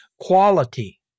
quality